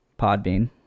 Podbean